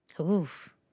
Oof